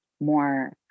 more